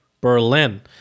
Berlin